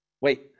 Wait